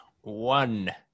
one